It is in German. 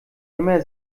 immer